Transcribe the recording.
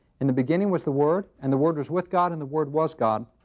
in the beginning was the word and the word was with god and the word was god.